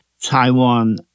Taiwan